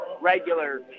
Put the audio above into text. regular